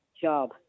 job